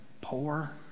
poor